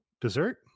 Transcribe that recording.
dessert